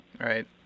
Right